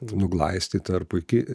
nuglaistyta ar puiki